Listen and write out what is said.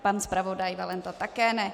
Pan zpravodaj Valenta také ne.